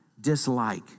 dislike